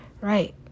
Right